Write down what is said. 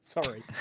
Sorry